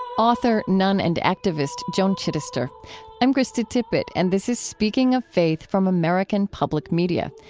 author, nun and activist joan chittister i'm krista tippett, and this is speaking of faith from american public media.